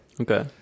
Okay